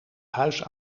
huis